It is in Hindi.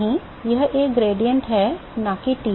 नहीं यह एक ग्रेडिएंट है न कि Tm